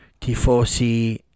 Tifosi